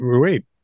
Wait